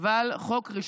אבל דעתי